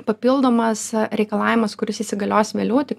papildomas reikalavimas kuris įsigalios vėliau tik